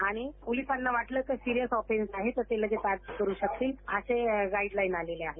आणि पोलिसांना वाटलं सिरियस ऑफेन्स आहेत तर ते लगेच अटक करु शकतील असे गाईडलाईन्स आलेले आहेत